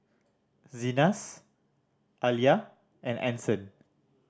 Zenas Aaliyah and Anson